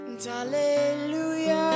Hallelujah